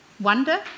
Wonder